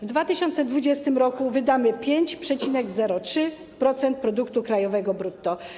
W 2020 r. wydamy 5,03% produktu krajowego brutto.